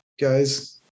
guys